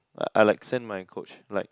I I like send my coach like